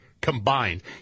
combined